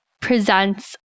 presents